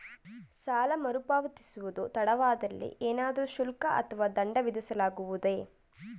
ಸಾಲ ಮರುಪಾವತಿಸುವುದು ತಡವಾದಲ್ಲಿ ಏನಾದರೂ ಶುಲ್ಕ ಅಥವಾ ದಂಡ ವಿಧಿಸಲಾಗುವುದೇ?